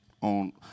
on